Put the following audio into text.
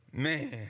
man